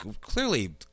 clearly